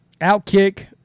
Outkick